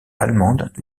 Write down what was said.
allemandes